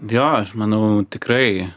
jo aš manau tikrai